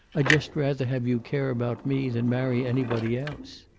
i'd just rather have you care about me than marry anybody else.